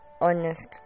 honest